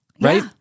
Right